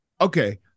Okay